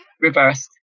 reversed